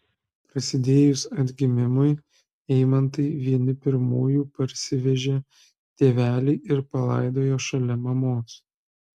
prasidėjus atgimimui eimantai vieni pirmųjų parsivežė tėvelį ir palaidojo šalia mamos